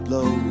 Blow